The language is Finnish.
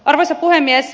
arvoisa puhemies